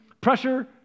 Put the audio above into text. pressure